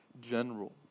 general